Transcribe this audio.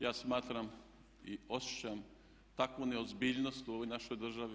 Ja smatram i osjećam takvu neozbiljnost u ovoj našoj državi.